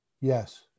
Yes